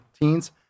teens